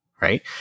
right